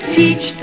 teach